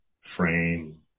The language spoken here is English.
frame